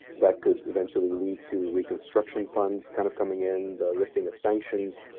that could eventually lead to reconstruction funds kind of coming in the lifting of sanctions.